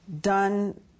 done